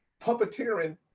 puppeteering